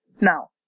Now